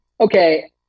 Okay